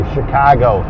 Chicago